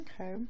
Okay